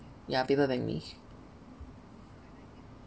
ya bigger than me